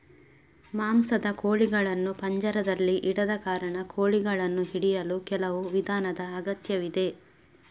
ಮಾಂಸದ ಕೋಳಿಗಳನ್ನು ಪಂಜರದಲ್ಲಿ ಇಡದ ಕಾರಣ, ಕೋಳಿಗಳನ್ನು ಹಿಡಿಯಲು ಕೆಲವು ವಿಧಾನದ ಅಗತ್ಯವಿದೆ